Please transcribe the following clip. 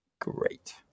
great